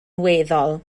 weddol